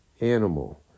animal